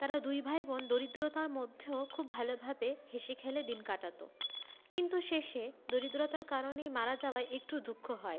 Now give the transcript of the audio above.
তারা দুই ভাই বোন দরিদ্রতার মধ্যেও খুব ভালোভাবে হেসে খেলে দিন কাটাতো কিন্তু শেষে দরিদ্রতার কারণে মারা যাওয়ায় একটু দুঃখ হয়